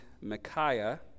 Micaiah